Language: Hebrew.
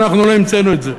אנחנו לא המצאנו את זה,